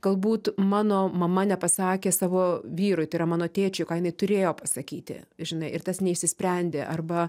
galbūt mano mama nepasakė savo vyrui tai yra mano tėčiui ką jinai turėjo pasakyti žinai ir tas neišsisprendė arba